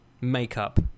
makeup